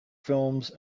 films